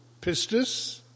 pistis